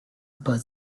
per